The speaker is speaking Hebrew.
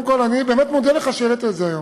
אני באמת מודה לך על שהעלית את זה היום,